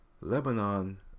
Lebanon